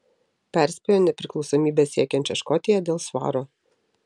perspėjo nepriklausomybės siekiančią škotiją dėl svaro